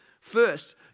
first